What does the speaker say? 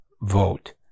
vote